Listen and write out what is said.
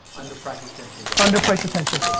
under-price attention. under-price attention.